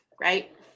Right